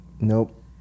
Nope